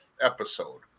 episode